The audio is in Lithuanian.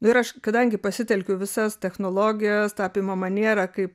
nu ir aš kadangi pasitelkiu visas technologijas tapymo manierą kaip